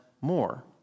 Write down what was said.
more